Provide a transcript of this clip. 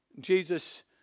Jesus